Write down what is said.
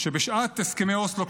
שבשעת הסכמי אוסלו,